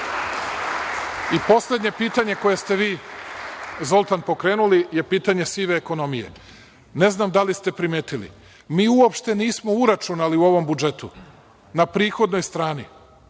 stvorimo. Poslednje pitanje koje ste vi, Zoltan, pokrenuli je pitanje sive ekonomije. Ne znam da li ste primetili, mi uopšte nismo uračunali u ovom budžetu na prihodnoj strani